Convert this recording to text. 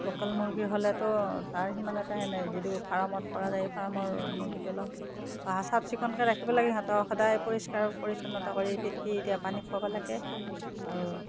local মুৰ্গী হ'লেতো তাৰ সিমান এটা সেই নাই যদি ফাৰ্মত কৰা যায় ফাৰ্মৰ মুৰ্গীটো অলপ চাফ চিকুণকৈ ৰাখিব লাগে সিহঁতক সদায় পৰিষ্কাৰ পৰিচ্ছন্নতা কৰি ফিটকিৰি দিয়া পানী খোৱাব লাগে আৰু